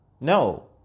No